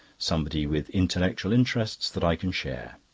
somebody with intellectual interests that i can share.